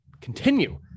continue